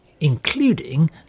including